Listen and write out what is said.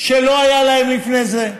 שלא היה להם לפני זה.